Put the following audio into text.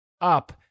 up